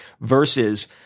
versus